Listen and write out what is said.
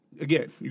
again